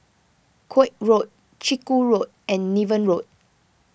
Koek Road Chiku Road and Niven Road